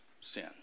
sin